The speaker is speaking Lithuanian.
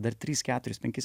dar trys keturis penkis